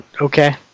Okay